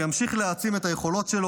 וימשיך להעצים את היכולות שלו,